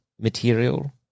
material